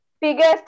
biggest